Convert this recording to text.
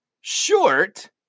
short